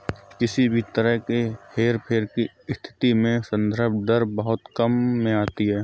किसी भी तरह के हेरफेर की स्थिति में संदर्भ दर बहुत काम में आती है